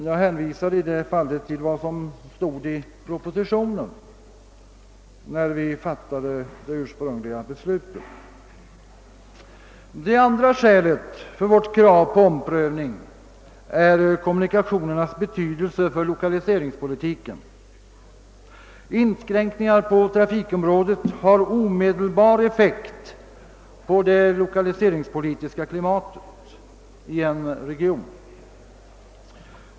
Jag hänvisar i detta avseende till vad som stod i den proposition som låg till grund för det ursprungliga beslutet. Det andra skälet för vårt krav på omprövning är kommunikationernas betydelse för lokaliseringspolitiken. Inskränkningar på trafikområdet har omedelbar effekt på det lokaliseringspolitiska klimatet i en region.